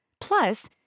Plus